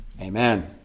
Amen